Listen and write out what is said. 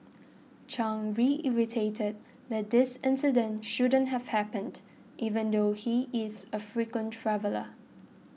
Chang reiterated that this incident shouldn't have happened even though he is a frequent traveller